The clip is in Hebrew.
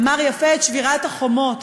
אמר יפה: שבירת החומות,